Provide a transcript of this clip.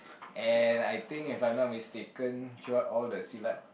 and I think if I am not mistaken she want all the Silat